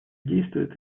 действовать